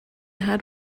had